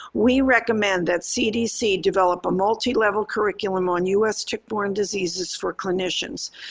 we recommend that cdc develop a multilevel curriculum on us tick-borne diseases for clinicians.